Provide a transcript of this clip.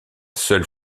seule